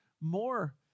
more